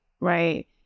right